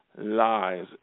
lies